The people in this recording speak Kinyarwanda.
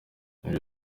ngo